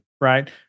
right